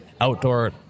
outdoor